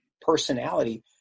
personality